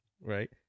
Right